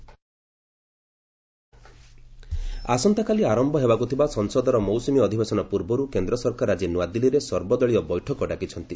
all party meeting ଆସନ୍ତାକାଲି ଆରମ୍ଭ ହେବାକୁଥିବା ସଂସଦର ମୌସୁମୀ ଅଧିବେଶନ ପୂର୍ବରୁ କେନ୍ଦ୍ର ସରକାର ଆଜି ନୂଆଦିଲ୍ଲୀରେ ସର୍ବଦଳୀୟ ବୈଠକ ଡାକିଛନ୍ତି